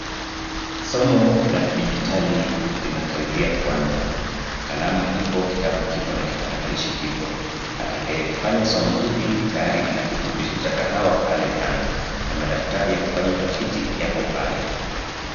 Somo la kidijitali linakaribia kuanza. Kalamu ipo, kitabu kipo na kipatakalishi kipo. Atakaye fanya somo hili tayari ana kiburudishi cha kahawa pale kando na madaftari ya kufanya utafiti yapo pale.